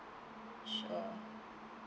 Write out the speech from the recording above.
sure